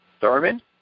Thurman